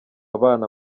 abana